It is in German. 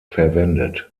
verwendet